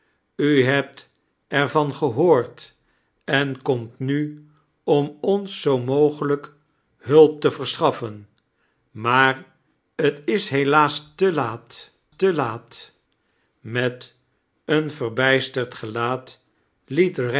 u hebt er van gehoord en komt nu om ons zoo mogelijk hulp te verschaffen maar t is helaas te laat te laat met een verbijsterd gelaat